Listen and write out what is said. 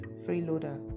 freeloader